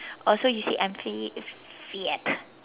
oh so you say I'm fat fat